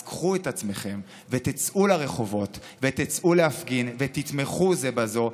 אז קחו את עצמכם ותצאו לרחובות ותצאו להפגין ותתמכו זה בזו,